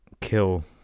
kill